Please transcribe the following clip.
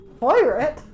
Pirate